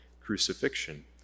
crucifixion